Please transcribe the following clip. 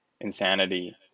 insanity